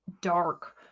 dark